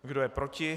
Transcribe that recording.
Kdo je proti?